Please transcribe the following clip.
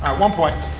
um one point.